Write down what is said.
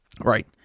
right